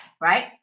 Right